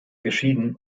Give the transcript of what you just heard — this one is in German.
geschieden